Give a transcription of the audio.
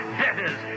debtors